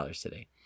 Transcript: today